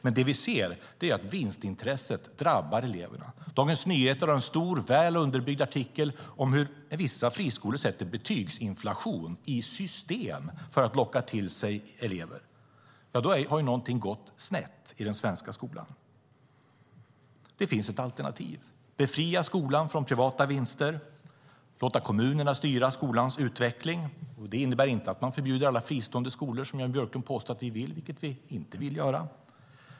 Men det vi ser är att vinstintresset drabbar eleverna. Dagens Nyheter har en stor väl underbyggd artikel om hur vissa friskolor sätter betygsinflation i system för att locka till sig elever. Då har någonting gått snett i den svenska skolan. Det finns ett alternativ. Befria skolan från privata vinster och låt kommunerna styra skolans utveckling. Det innebär inte att man förbjuder alla fristående skolor, som Jan Björklund påstår att vi vill, vilket vi inte vill.